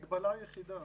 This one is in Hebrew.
המגבלה היחידה